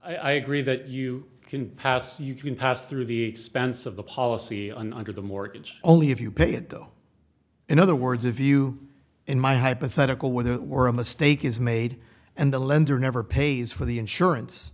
i agree that you can pass you can pass through the expense of the policy under the mortgage only if you pay it though in other words a view in my hypothetical where there were a mistake is made and the lender never pays for the insurance